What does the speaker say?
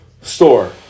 store